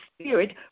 Spirit